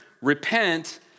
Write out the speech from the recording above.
repent